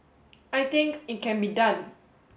I think it can be done